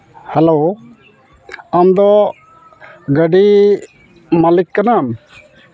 hello ᱟᱢᱫᱚ ᱜᱟᱹᱰᱤ ᱢᱟᱹᱞᱤᱠ ᱠᱟᱱᱟᱢ